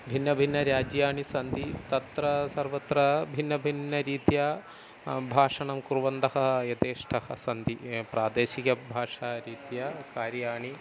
भिन्नभिन्नराज्यानि सन्ति तत्र सर्वत्र भिन्नभिन्नरीत्या भाषणं कुर्वन्तः यथेष्टं सन्ति प्रादेशिकभाषारीत्या कार्याणि